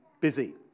busy